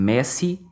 Messi